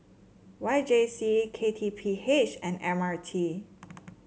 Y J C K T P H and M R T